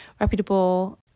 reputable